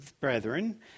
brethren